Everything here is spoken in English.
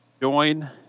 join